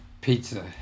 Pizza